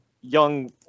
young